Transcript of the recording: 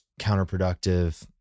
counterproductive